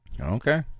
Okay